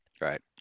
Right